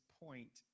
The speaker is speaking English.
point